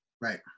Right